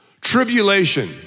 Tribulation